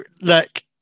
look